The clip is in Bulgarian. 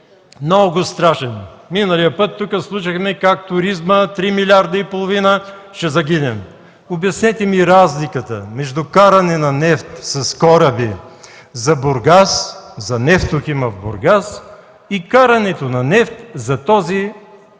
много страшен! Миналия път тука слушахме как туризмът – 3,5 млрд., и ще загинем. Обяснете ми разликата между каране на нефт с кораби за Бургас, за „Нефтохим” в Бургас и карането на нефт за този